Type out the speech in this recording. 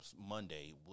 Monday